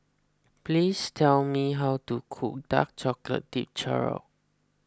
please tell me how to cook Dark Chocolate Dipped Churro